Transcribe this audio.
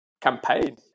campaign